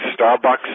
Starbucks